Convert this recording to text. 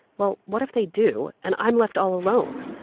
well, what if they do, and i'm left all alone?